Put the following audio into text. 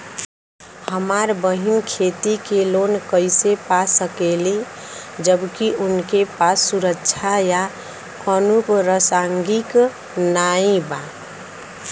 हमार बहिन खेती के लोन कईसे पा सकेली जबकि उनके पास सुरक्षा या अनुपरसांगिक नाई बा?